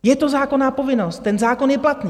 Je to zákonná povinnost, ten zákon je platný.